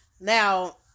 Now